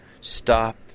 stop